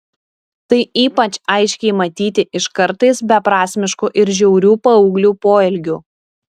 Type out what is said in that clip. tai ypač aiškiai matyti iš kartais beprasmiškų ir žiaurių paauglių poelgių